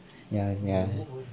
ya ya